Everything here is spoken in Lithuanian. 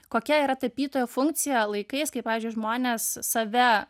kokia yra tapytojo funkcija laikais kai pavyzdžiui žmonės save